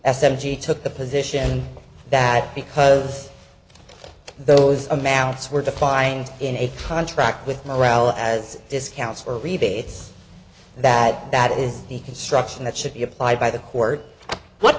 s m g took the position that because those amounts were defined in a contract with morale as discounts or rebates that that is the construction that should be applied by the court what